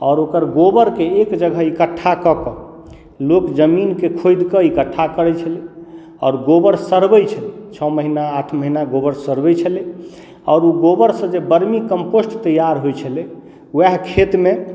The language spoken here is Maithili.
आओर ओकर गोबरकेँ एक जगह इकठ्ठा कऽ कऽ लोक जमीनके खोधिके इकठ्ठा करैत छलै आओर गोबर सड़बैत छलै छओ महीना आठ महीना गोबर सड़बेैत छलै आओर ओ गोबरसँ जे वर्मी कम्पोस्ट तैआर होइत छलै उएह खेतमे